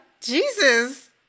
Jesus